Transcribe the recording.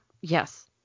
yes